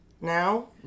Now